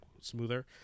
smoother